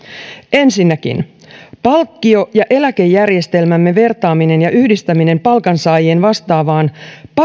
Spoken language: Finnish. ensinnäkin palkkio ja eläkejärjestelmämme vertaaminen ja yhdistäminen palkansaajien vastaavaan